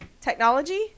technology